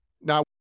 Now